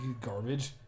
Garbage